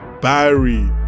Barry